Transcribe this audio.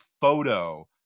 photo